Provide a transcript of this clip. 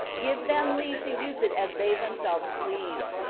give them leave to use it as they themselves please,